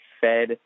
Fed